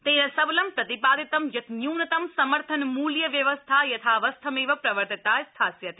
तेन सबलं प्रति ादितं यत् न्यूनतम समर्थन मूल्य व्यवस्था यथावस्थमेव प्रवर्तिता स्थास्यति